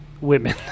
women